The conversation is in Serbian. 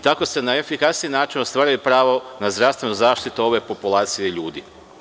Tako se na efikasniji način ostvaruje pravo na zdravstvenu zaštitu ove populacije ljudi.